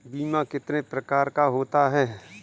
बीमा कितने प्रकार का होता है?